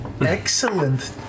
Excellent